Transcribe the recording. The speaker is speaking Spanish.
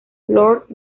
lord